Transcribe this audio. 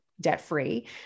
debt-free